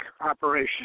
operation